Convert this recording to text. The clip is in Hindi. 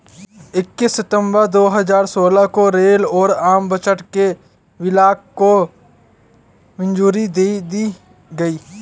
इक्कीस सितंबर दो हजार सोलह को रेल और आम बजट के विलय को मंजूरी दे दी गयी